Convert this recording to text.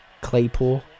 Claypool